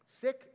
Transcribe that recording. sick